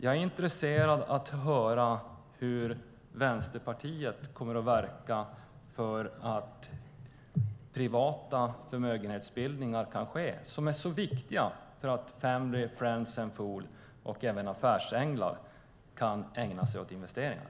Jag är intresserad av att höra hur Vänsterpartiet kommer att verka för att de privata förmögenhetsbildningar kan ske som är så viktiga för att family, friends and fools och även affärsänglar kan ägna sig åt investeringar.